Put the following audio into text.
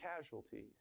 casualties